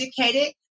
educated